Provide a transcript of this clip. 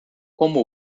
como